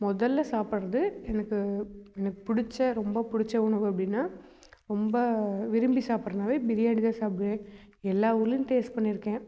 முதல்ல சாப்பிட்றது எனக்கு எனக்கு பிடிச்ச ரொம்ப பிடிச்ச உணவு அப்படின்னா ரொம்ப விரும்பி சாப்பிட்றதுனாவே பிரியாணி தான் சாப்பிடுவேன் எல்லா ஊர்லையும் டேஸ்ட் பண்ணியிருக்கேன்